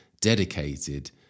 dedicated